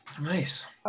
Nice